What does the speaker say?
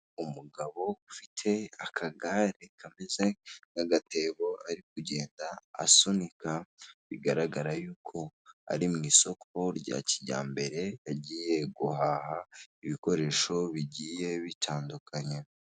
Umugabo ufite akagare kameze nk'agatebo, ari kugenda asunika, bigaragara yuko ari mu isoko rya kijyambere, yagiye guhaha ibikoresho, bigiye bitandukanye.